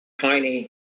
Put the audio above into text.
tiny